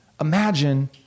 imagine